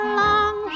long